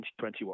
2021